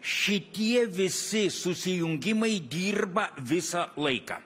šitie visi susijungimai dirba visą laiką